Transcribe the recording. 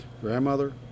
grandmother